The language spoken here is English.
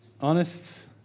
Honest